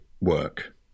work